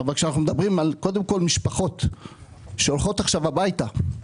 אבל אנחנו מדברים קודם כל על משפחות שהולכות עכשיו הביתה.